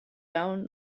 down